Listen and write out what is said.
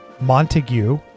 montague